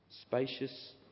spacious